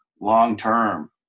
long-term